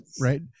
right